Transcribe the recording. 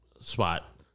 spot